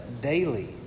daily